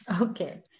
Okay